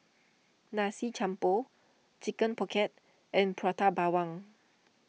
Nasi Campur Chicken Pocket and Prata Bawang